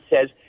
says